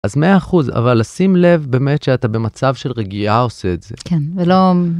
אז מאה אחוז, אבל לשים לב באמת שאתה במצב של רגיעה עושה את זה. כן, ולא...